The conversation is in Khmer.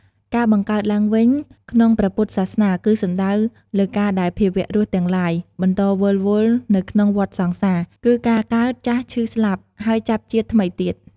ការបង្កើតឡើងវិញក្នុងព្រះពុទ្ធសាសនា គឺសំដៅលើការដែលភាវៈរស់ទាំងឡាយ បន្តវិលវល់នៅក្នុងវដ្តសង្សារ គឺការកើត ចាស់ ឈឺ ស្លាប់ ហើយចាប់ជាតិថ្មីទៀត។